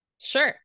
Sure